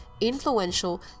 influential